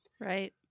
Right